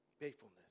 Faithfulness